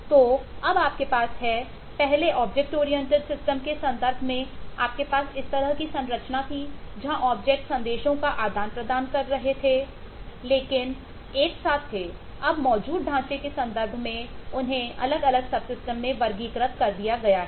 तो अब आपके पास है पहले ऑब्जेक्ट ओरिएंटेड सिस्टम में वर्गीकृत कर दिया गया है